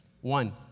One